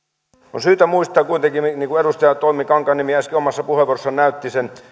on syytä muistaa kuitenkin niin kuin edustaja toimi kankaanniemi äsken omassa puheenvuorossaan näytti